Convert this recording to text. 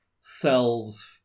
selves